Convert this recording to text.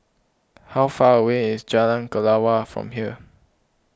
how far away is Jalan Kelawar from here